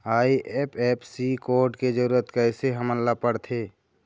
IFSC code के जरूरत कैसे हमन ला पड़थे?